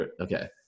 Okay